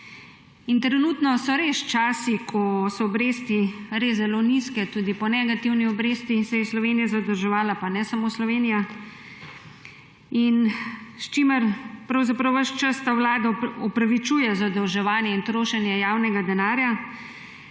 Trenutno so res časi, ko so obresti res zelo nizke, tudi po negativni obresti, in se je Slovenija zadolževala, pa ne samo Slovenija, s čimer pravzaprav ves čas ta vlada opravičuje zadolževanje in trošenje javnega denarja.